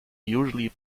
usually